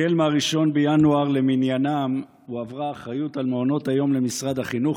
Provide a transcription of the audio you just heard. החל מ-1 בינואר למניינם הועברה האחריות למעונות היום למשרד החינוך,